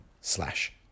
slash